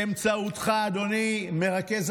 באמצעותך, אדוני מרכז